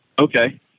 Okay